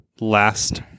Last